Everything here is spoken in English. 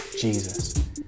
Jesus